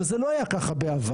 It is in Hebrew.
זה לא היה ככה בעבר,